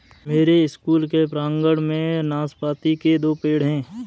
मेरे स्कूल के प्रांगण में नाशपाती के दो पेड़ हैं